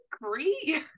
agree